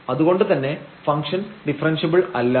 അതു കൊണ്ടുതന്നെ function differentiable അല്ല